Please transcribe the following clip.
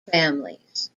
families